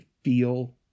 feel